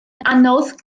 anodd